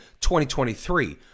2023